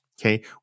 okay